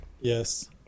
Yes